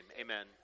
amen